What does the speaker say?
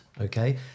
Okay